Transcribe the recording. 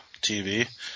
TV